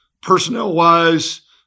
personnel-wise